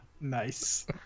Nice